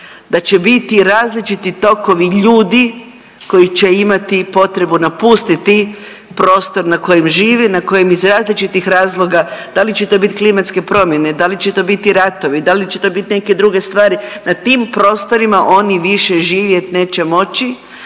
da će biti različiti tokovi ljudi koji će imati potrebu napustiti prostor na kojem živi, na kojem iz različitih razloga da li će to biti klimatske promjene, da li će to biti ratovi, da li će to biti neke druge stvari na tim prostorima oni više živjeti neće moći,